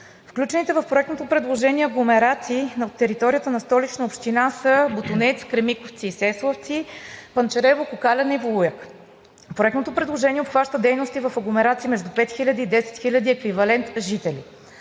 Включените в проектното предложение агломерации на територията на Столична община са Ботунец, Кремиковци, Сеславци, Панчарево, Кокаляне и Волуяк. Проектното предложение обхваща дейности в агломерации между 5000 и 10 000 еквивалент жители.